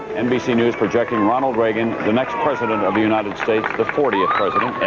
nbc news projecting ronald reagan the next president of the united states, the fortieth president,